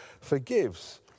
forgives